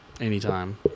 anytime